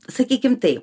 sakykim tai